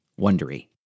wondery